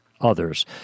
others